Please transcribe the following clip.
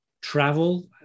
travel